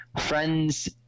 friends